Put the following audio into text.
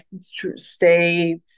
stay